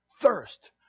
Thirst